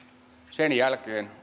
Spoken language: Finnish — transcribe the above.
sen jälkeen